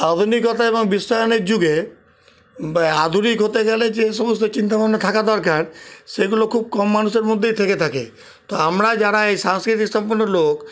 আধুনিকতা এবং বিশ্বায়নের যুগে আধুনিক হতে গেলে যে সমস্ত চিন্তাভাবনা থাকা দরকার সেগুলো খুব কম মানুষের মধ্যেই থেকে থাকে তো আমরা যারা এই সাংস্কৃতিক সম্পন্ন লোক